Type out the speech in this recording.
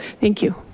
thank you.